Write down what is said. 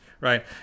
right